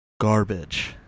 garbage